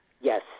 Yes